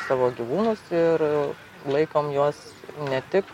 savo gyvūnus ir laikom juos ne tik